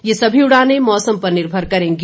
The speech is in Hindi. ये सभी उड़ाने मौसम पर निर्भर करेंगी